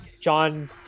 John